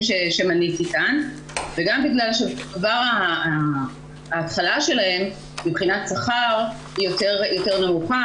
שמניתי כאן וגם בגלל שכבר ההתחלה שלהן מבחינת שכר היא יותר נמוכה.